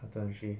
afternoon shift